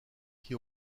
qui